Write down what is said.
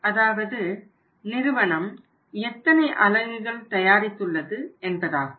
அதாவது நிறுவனம் எத்தனை அலகுகள் தயாரித்துள்ளது என்பதாகும்